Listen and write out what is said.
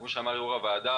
כפי שאמר יושב-ראש הוועדה.